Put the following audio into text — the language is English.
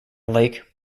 lake